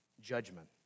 judgment